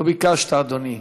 לא ביקשת, אדוני.